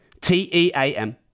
T-E-A-M